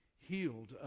healed